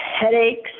headaches